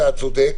אתה צודק,